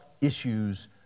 issues